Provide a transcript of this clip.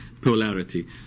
polarity